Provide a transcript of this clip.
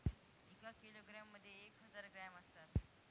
एका किलोग्रॅम मध्ये एक हजार ग्रॅम असतात